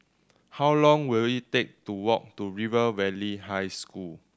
how long will it take to walk to River Valley High School